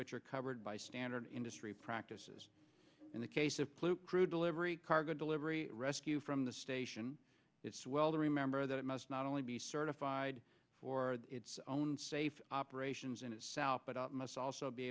which are covered by standard industry practices in the case of flu crew delivery cargo delivery rescue from the station its well to remember that it must not only be certified for its own safety operations in itself but it must also be